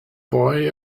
boy